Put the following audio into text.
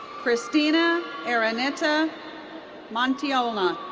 kristina araneta montinola.